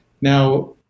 now